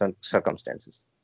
circumstances